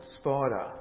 Spider